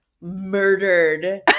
murdered